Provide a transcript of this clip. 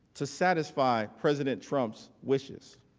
to satisfy president trump's wishlist.